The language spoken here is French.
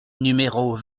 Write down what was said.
numéros